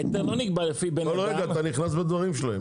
ההיתר לא נקבע לפי --- כל רגע אתה נכנס בדברים שלהם.